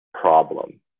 problem